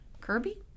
Kirby